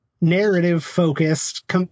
narrative-focused